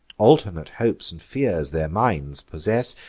alternate hopes and fears their minds possess,